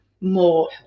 more